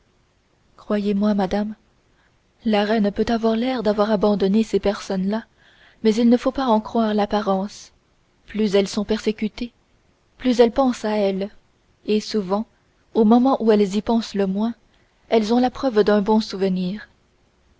croyez-moi madame la reine peut avoir l'air d'avoir abandonné ces personnes-là mais il ne faut pas en croire l'apparence plus elles sont persécutées plus elle pense à elles et souvent au moment où elles y pensent le moins elles ont la preuve d'un bon souvenir